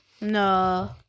No